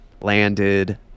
landed